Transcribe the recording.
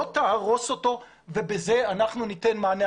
לא תהרוס אותו ובזה אנחנו ניתן מענה.